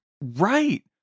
right